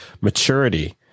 maturity